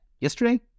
yesterday